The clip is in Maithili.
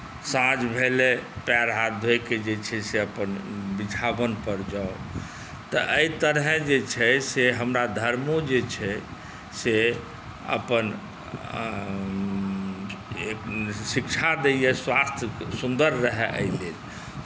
साँझ भेलै पाएर हाथ धोइ कऽ जे छै से अपन बिछावनपर जाउ तऽ एहि तरहेँ जे छै से हमरा धर्मो जे छै से अपन एक शिक्षा दैए स्वास्थ्य सुन्दर रहय एहिलेल